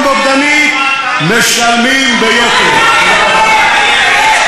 המעודדות מחבלים לרצוח עוד ועוד יהודים וערבים,